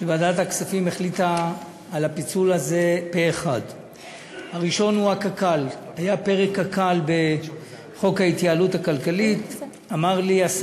ועדת הכספים בדבר פיצול הצעת חוק ההתייעלות הכלכלית (תיקוני